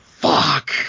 Fuck